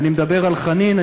אני מדבר על חנין,